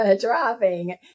driving